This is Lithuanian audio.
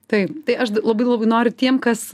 taip tai aš labai labai noriu tiem kas